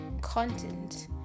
content